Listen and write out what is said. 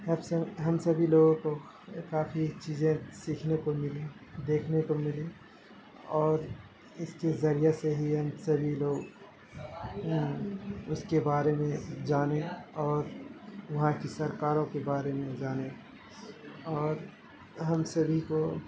ہم سبھی لوگوں کو کافی چیزیں سیکھنے کو ملیں دیکھنے کو ملیں اور اس کے ذریعہ سے ہی ہم سبھی لوگ اس کے بارے میں جانیں اور وہاں کی سرکاروں کے بارے میں جانیں اور ہم سبھی کو